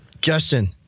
Justin